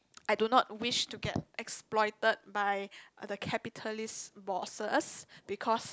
I do not wish to get exploited by the capitalist bosses because